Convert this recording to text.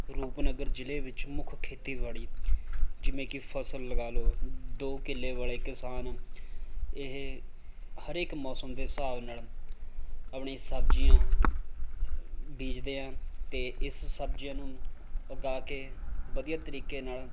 ਰੂਪਨਗਰ ਜ਼ਿਲ੍ਹੇ ਵਿੱਚ ਮੁੱਖ ਖੇਤੀਬਾੜੀ ਜਿਵੇੇਂ ਕਿ ਫਸਲ ਲਗਾ ਲਓ ਦੋ ਕਿਲੇ ਵਾਲੇ ਕਿਸਾਨ ਇਹ ਹਰੇਕ ਮੌਸਮ ਦੇ ਹਿਸਾਬ ਨਾਲ ਆਪਣੀਆਂ ਸਬਜ਼ੀਆਂ ਬੀਜਦੇ ਆ ਅਤੇ ਇਸ ਸਬਜ਼ੀਆਂ ਨੂੰ ਉਗਾ ਕੇ ਵਧੀਆ ਤਰੀਕੇ ਨਾਲ